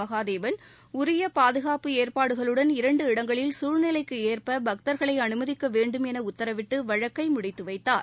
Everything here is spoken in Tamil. மகாதேவன் உரியபாதுகாப்பு ஏற்பாடுகளுடன் இரண்டு இடங்களில் குழ்நிலைக்குஏற்பபக்தர்களைஅனுமதிக்கவேண்டும் எனஉத்தரவிட்டுவழக்கைமுடித்துவைத்தார்